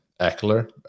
Eckler